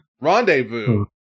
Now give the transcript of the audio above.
rendezvous